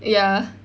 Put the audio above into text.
ya